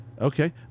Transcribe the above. Okay